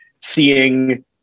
seeing